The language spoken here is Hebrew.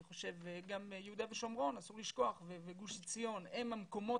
גם יהודה ושומרון שאסור לשכוח וגוש עציון אלה המקומות